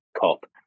cop